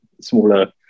smaller